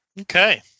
Okay